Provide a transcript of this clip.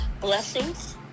Blessings